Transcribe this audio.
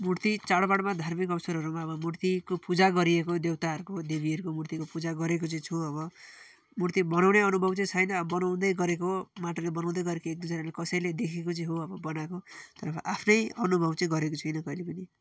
मुर्ति चाड बाडमा धार्मिक अवसरहरूमा अब मुर्तिको पूजा गरिएको देवताहरूको देवीहरूको मुर्तिको पूजा गरेको चाहिँ छु अब मुर्ति बनाउने अनुभव चाहिँ छैन अब बनाउँदै गरेको माटोले बनाउँदै गरेको एक दुईजनाले कसैले देखेको चाहिँ हो अब बनाएको तर आफ्नै अनुभव चाहिँ गरेको छुइनँ कहिले पनि